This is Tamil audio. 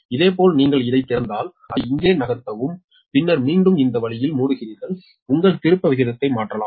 இதேபோல் நீங்கள் இதைத் திறந்தால் அதை இங்கே நகர்த்தவும் பின்னர் மீண்டும் இந்த வழியில் மூடுகிறீர்கள் உங்கள் திருப்ப விகிதத்தை மாற்றலாம்